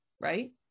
right